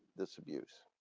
this abuse.